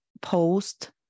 post